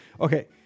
Okay